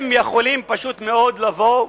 הם יכולים לבוא,